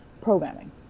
programming